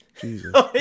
jesus